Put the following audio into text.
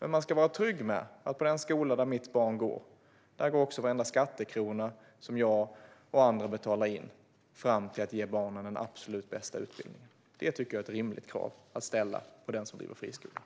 Men man ska vara trygg med att på den skola där mitt barn går, där går varenda skattekrona som jag och andra betalar in till att ge barn den absolut bästa utbildningen. Detta tycker jag är ett rimligt krav att ställa på den som driver friskolor.